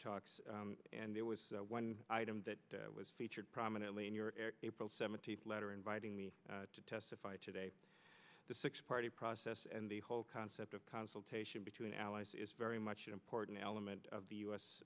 talks and there was one item that was featured prominently in your april seventeenth letter inviting me to testify today the six party process and the whole concept of consultation between allies is very much an important element of the u